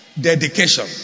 Dedication